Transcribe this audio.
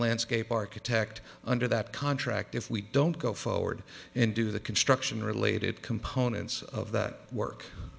landscape architect under that contract if we don't go forward and do the construction related components of that work